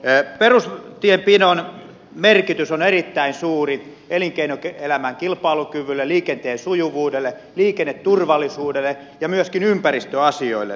perustienpidon merkitys on erittäin suuri elinkeinoelämän kilpailukyvylle liikenteen sujuvuudelle liikenneturvallisuudelle ja myöskin ympäristöasioille